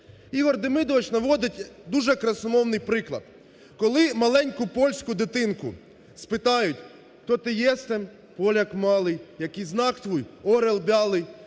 Ігор Демидович наводить дуже красномовний приклад. Коли маленьку польську дитинку спитають: "Хто ти єстем? – Поляк малий – Який знак твой? – Орел бялий".